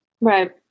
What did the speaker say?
Right